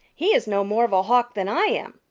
he is no more of a hawk than i am,